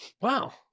Wow